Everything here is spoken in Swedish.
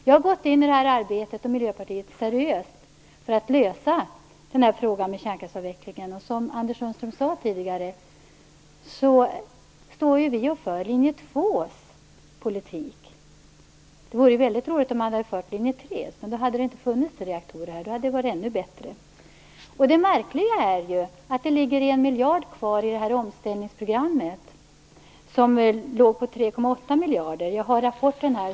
Jag och Miljöpartiet har gått in i det här arbetet seriöst för att lösa frågan om kärnkraftsavvecklingen. Som Anders Sundström tidigare sade, står ju vi och för linje 2:s politik. Det hade varit bättre om man fört linje 3:s politik. Då hade det inte funnits några reaktorer. Det hade varit ännu bättre. Det märkliga är ju att det ligger en miljard kronor kvar i det här omställningsprogrammet som låg på 3,8 miljarder kronor.